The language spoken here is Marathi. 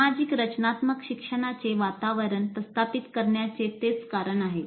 सामाजिक रचनात्मक शिक्षणाचे वातावरण प्रस्थापित करण्याचे तेच कारण आहे